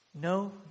no